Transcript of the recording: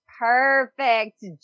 perfect